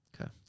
Okay